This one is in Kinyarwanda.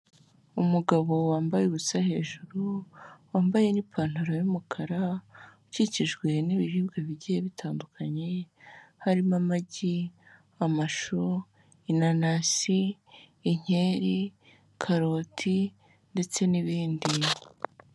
Umugabo wambaye ubusa hejuru wambaye n’ipantaro y'umukara ukikijwe n'ibiribwa bigiye bitandukanye harimo amagi, amashu ,inanasi ,inkeri ,karoti ndetse n'ibindi.